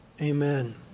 amen